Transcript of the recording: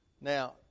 Now